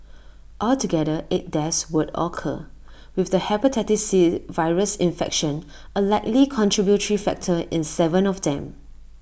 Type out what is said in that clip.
altogether eight deaths would occur with the Hepatitis C virus infection A likely contributory factor in Seven of them